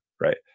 Right